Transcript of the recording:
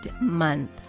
month